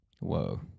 Whoa